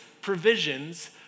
provisions